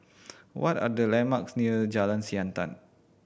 what are the landmarks near Jalan Siantan